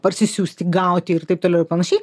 parsisiųsti gauti ir taip toliau ir panašiai